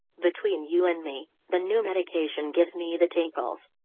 between you and me, the new medication gives me the tinkles.